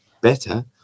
better